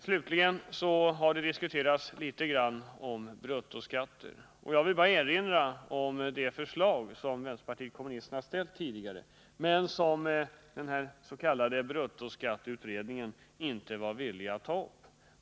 Här har förts en diskussion om bruttoskatter. Jag vill bara erinra om det förslag som vänsterpartiet kommunisterna tidigare ställt men som den s.k. bruttoskatteutredningen inte var villig att ta upp.